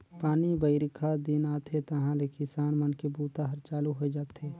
पानी बाईरखा दिन आथे तहाँले किसान मन के बूता हर चालू होए जाथे